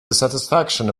dissatisfaction